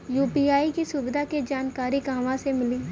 UPI के सुविधा के जानकारी कहवा से मिली?